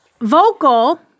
vocal